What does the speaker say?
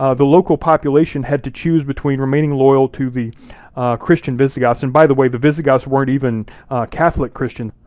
ah the local population had to choose between remaining loyal to the christian visigoths, and by the way, the visigoths weren't even catholic christian,